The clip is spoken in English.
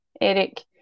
Eric